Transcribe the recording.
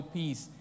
peace